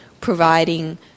providing